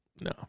no